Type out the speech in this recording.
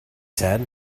said